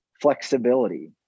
flexibility